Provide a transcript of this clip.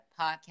Podcast